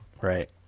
right